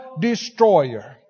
destroyer